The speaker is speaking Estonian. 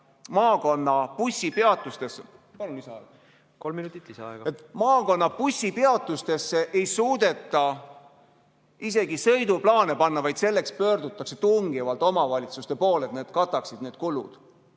pannud. Aitäh! ... ei suudeta isegi sõiduplaane panna, vaid selleks pöördutakse tungivalt omavalitsuste poole, et nemad kataksid need kulud.